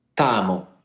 Tamo